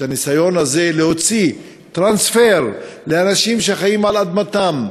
הניסיון הזה להוציא בטרנספר אנשים שחיים על אדמתם,